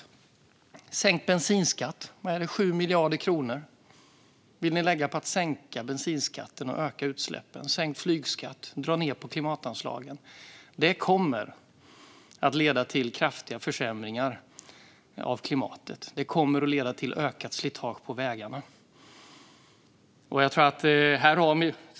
Det är sänkt bensinskatt - 7 miljarder kronor vill man lägga på det och på ökade utsläpp. Det är sänkt flygskatt, och man vill dra ned på klimatanslagen. Detta kommer att leda till kraftiga försämringar av klimatet och till ökat slitage på vägarna.